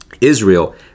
israel